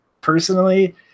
personally